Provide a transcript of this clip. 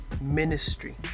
ministry